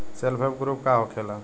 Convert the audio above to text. Self help group का होखेला?